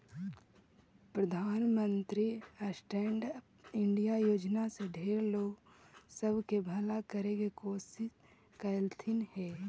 प्रधानमंत्री stand up India योजना से ढेर लोग सब के भला करे के कोशिश कयलथिन हे